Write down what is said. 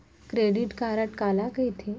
Credit card काला कहिथे?